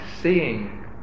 seeing